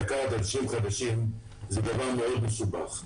זה דבר מאוד מסובך,